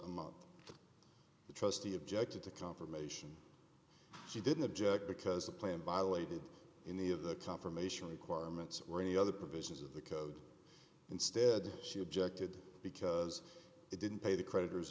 a month the trustee objected to confirmation she didn't object because a plan violated in the of the confirmation requirements or any other provisions of the code instead she objected because it didn't pay the creditors